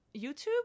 YouTube